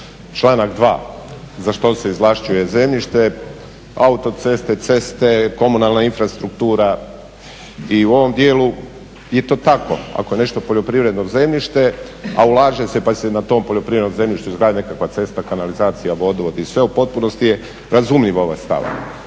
članak 2., za što se izvlaštuje zemljište, autoceste, ceste, komunalna infrastruktura i u ovom dijelu je to tako ako je nešto poljoprivredno zemljište, a ulaže se pa se na tom poljoprivrednom zemljištu izgradi nekakva cesta, kanalizacija, vodovod i sve u potpunosti je razumljiv ovaj stav,